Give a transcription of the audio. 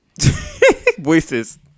Voices